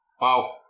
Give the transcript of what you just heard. Wow